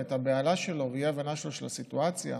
את הבהלה שלו והאי-הבנה שלו של הסיטואציה,